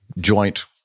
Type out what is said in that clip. joint